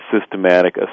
systematic